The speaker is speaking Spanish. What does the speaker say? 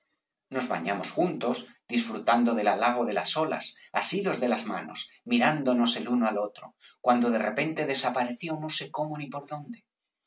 nos bañamos juntos disfrutando del halago de las olas asidos de las manos mirándonos el uno al otro cuando de repente desapareció no sé cómo ni por dónde